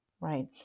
right